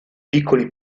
piccoli